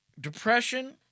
Depression